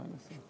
מה אני אעשה?